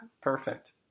perfect